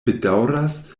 bedaŭras